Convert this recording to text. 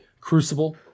crucible